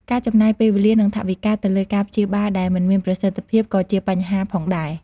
ការចំណាយពេលវេលា និងថវិកាទៅលើការព្យាបាលដែលមិនមានប្រសិទ្ធភាពក៏ជាបញ្ហាផងដែរ។